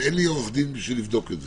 אין לי עורך דין בשביל לבדוק את זה.